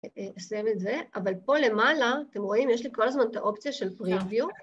אסיים את זה, אבל פה למעלה, אתם רואים, יש לי כל הזמן את האופציה של פריוויו.